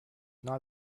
not